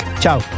Ciao